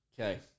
Okay